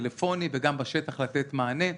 בטלפוני וגם לתת מענה בשטח.